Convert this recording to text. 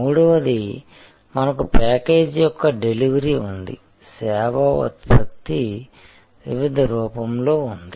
మూడవది మనకు ప్యాకేజీ యొక్క డెలివరీ ఉంది సేవా ఉత్పత్తి వివిధ రూపంలో ఉంది